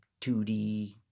2D